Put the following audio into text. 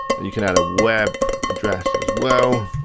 and you can add a web address as well.